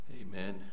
Amen